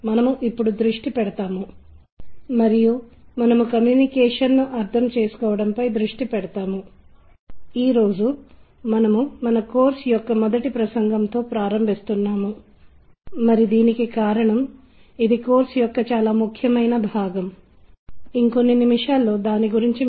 మీరు లేనప్పుడు కూడ మీరు ప్రదర్శనషన్లు మీ సాఫ్ట్ స్కిల్స్ పై చేస్తున్నారో లేదా అని మీ బృందాన్ని చెప్పనివ్వండి మీరు ఇస్తున్నప్రదర్శన లేదా ప్రారంభ కార్యక్రమం అంశం కావచ్చు లేదా ప్రత్యేకంగా ఇది ఎలా చేయాలో చెప్పడానికి ఒక నిర్దిష్ట వ్యాపార సముదాయములో లేదా అక్కడ ఏమి జరుగుతోందో వివరించండి